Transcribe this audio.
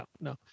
no